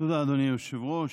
תודה, אדוני היושב-ראש.